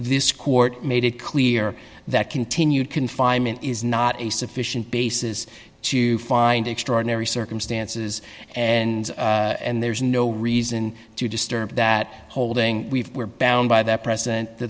this court made it clear that continued confinement is not a sufficient basis to find extraordinary circumstances and there's no reason to disturb that holding we were bound by that present the